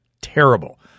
terrible